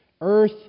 Earth